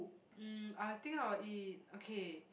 mm I'll think I'll eat okay